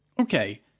okay